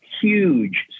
huge